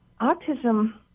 Autism